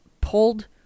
pulled